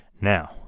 now